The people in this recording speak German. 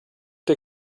der